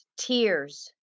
tears